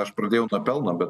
aš pradėjau nuo pelno bet